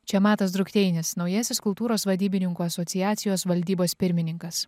čia matas drukteinis naujasis kultūros vadybininkų asociacijos valdybos pirmininkas